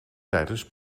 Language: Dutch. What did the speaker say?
tijdens